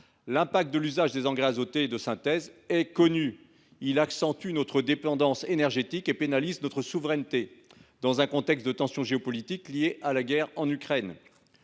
le sait, l’usage des engrais azotés de synthèse accentue notre dépendance énergétique et pénalise notre souveraineté, dans un contexte de tensions géopolitiques lié à la guerre en Ukraine.